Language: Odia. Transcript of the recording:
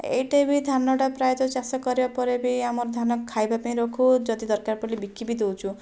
ଏଇଟା ବି ଧାନଟା ପ୍ରାୟତଃ ଚାଷ କରିବା ପରେ ବି ଆମର ଧାନ ଖାଇବାପାଇଁ ରଖୁ ଯଦି ଦରକାର ପଡ଼ିଲେ ବିକି ବି ଦେଉଛୁ